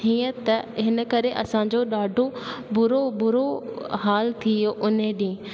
हीअं त हिन करे असांजो ॾाढो बुरो बुरो हाल थी वियो उन ॾींहुं